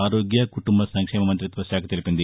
ఆరోగ్య కుటుంబ సంక్షేమ మంతిత్వ శాఖ తెలిపింది